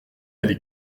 aller